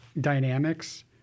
dynamics